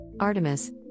Artemis